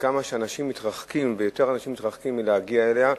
וכמה אנשים מתרחקים מלהגיע אליה,